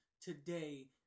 today